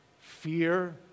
Fear